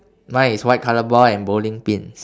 mine is white colour ball and bowling pins